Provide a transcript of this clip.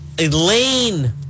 Elaine